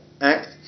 Act